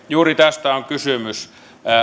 juuri tästä on kysymys